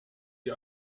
die